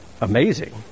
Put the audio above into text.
amazing